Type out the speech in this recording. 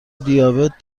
دیابت